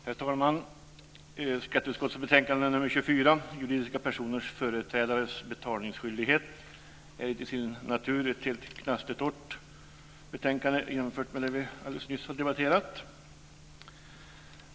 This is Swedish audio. Herr talman! Skatteutskottets betänkande nr 24, Juridiska personers företrädares betalningsskyldighet, är till sin natur ett knastertorrt betänkande jämfört med det vi alldeles nyss har debatterat.